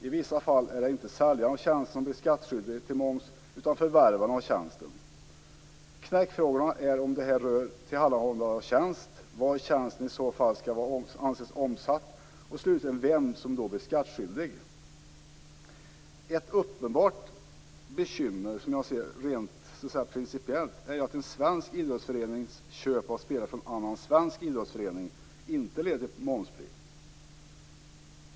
I vissa fall är det inte säljaren av tjänsten som blir skattskyldig för moms utan förvärvaren av tjänsten. Knäckfrågorna är om det här rör tillhandahållande av en tjänst, var tjänsten i så fall skall anses omsatt och, slutligen, vem som då blir skattskyldig. Ett uppenbart bekymmer rent principiellt, som jag ser det, är att en svensk idrottsförenings köp av spelare från annan svensk idrottsförening inte leder till momsplikt.